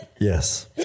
Yes